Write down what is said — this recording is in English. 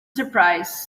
surprise